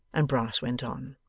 and brass went on.